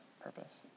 purpose